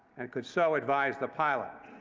and could so advise the pilot.